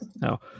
No